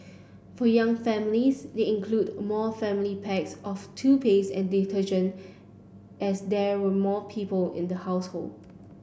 for young families they included more family packs of toothpaste and detergent as there were more people in the household